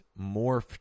morphed